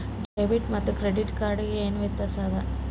Debit ಮತ್ತ credit card ಗೆ ಏನ ವ್ಯತ್ಯಾಸ ಆದ?